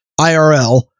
IRL